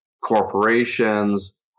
corporations